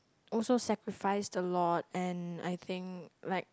also sacrificed a lot and I think like